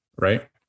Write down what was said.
Right